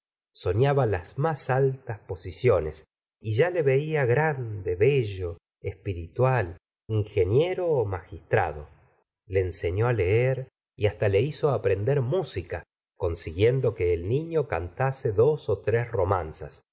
soñaba las más altas posiciones y ya le veía grande bello espiritual ingeniero ó magistrado le enseñó á leer y hasta le hizo aprender música consiguiendo que el niño cantase dos tres romanzas